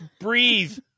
breathe